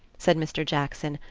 said mr. jackson,